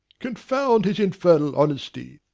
confound his infernal honesty!